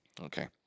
Okay